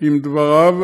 עם דבריו.